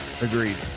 Agreed